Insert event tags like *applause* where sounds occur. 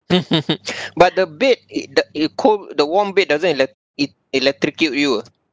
*laughs* but the bed it the it cold the warm bed doesn't ele~ it electrocute you ah